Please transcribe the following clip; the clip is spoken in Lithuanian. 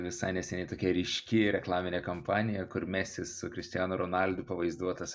visai neseniai tokia ryški reklaminė kampanija kur mesi su kristianu ronaldu pavaizduotas